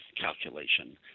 calculation